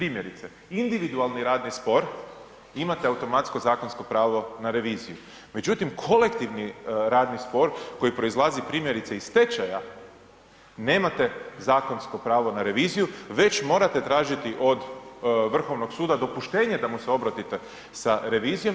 Individualni radni spor imate automatsko zakonsko pravo na reviziju, međutim kolektivni radni spor koji proizlazi primjerice iz stečajeva nemate zakonsko pravo na reviziju već morate tražiti od Vrhovnog suda dopuštenje da mu se obratite sa revizijom.